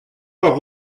port